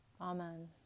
Amen